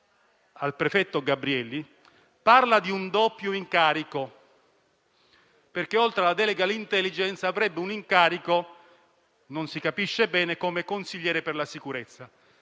al prefetto Gabrielli, parlano di un doppio incarico: oltre alla delega all'*intelligence* avrebbe infatti un incarico - non si capisce bene - come consigliere per la sicurezza.